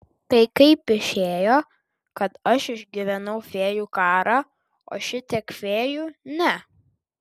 tai kaip išėjo kad aš išgyvenau fėjų karą o šitiek fėjų ne